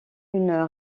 une